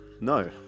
No